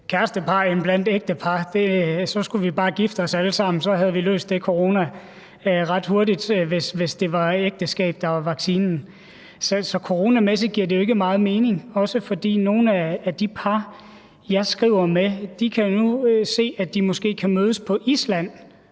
kærestepar end blandt ægtepar; så skulle vi bare alle sammen gifte os, og så havde vi løst det med corona ret hurtigt, altså hvis det var ægteskab, der var vaccinen. Så coronamæssigt giver det jo ikke meget mening, heller ikke, fordi nogle af de par, jeg skriver med, nu kan se, at de måske kan mødes på Island